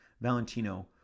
Valentino